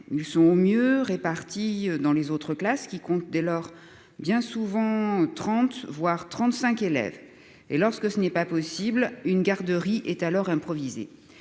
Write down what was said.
ils sont au mieux répartis dans les autres classes qui compte dès lors bien souvent 30 voire 35 élèves et lorsque ce n'est pas possible une garderie est alors improvisé.